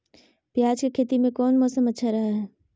प्याज के खेती में कौन मौसम अच्छा रहा हय?